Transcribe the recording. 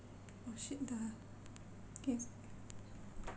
oh shit the yes